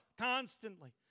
constantly